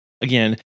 Again